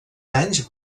anys